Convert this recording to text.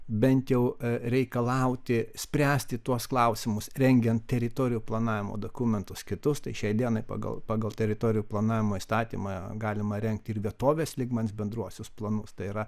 bent jau reikalauti spręsti tuos klausimus rengiant teritorijų planavimo dokumentus kitus tai šiai dienai pagal pagal teritorijų planavimo įstatymą galima rengti ir vietovės lygmens bendruosius planus tai yra